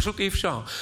פשוט אי-אפשר.